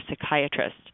psychiatrist